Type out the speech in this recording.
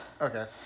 Okay